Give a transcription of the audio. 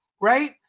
right